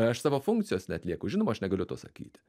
aš savo funkcijos neatlieku žinoma aš negaliu to sakyti